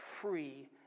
free